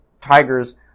Tigers